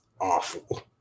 awful